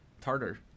Tartar